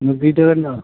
ଦୁଇଟା ଗାଡ଼ି ନେବା